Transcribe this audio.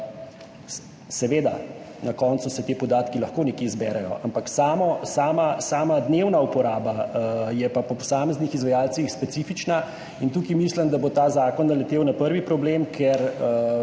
Seveda na koncu se ti podatki lahko nekje zberejo, ampak samo, sama, sama dnevna uporaba je pa po posameznih izvajalcih specifična. In tukaj mislim, da bo ta zakon naletel na prvi problem, ker